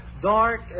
Dark